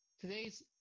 today's